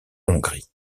hongrie